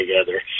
together